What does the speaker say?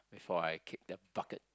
before I kick that bucket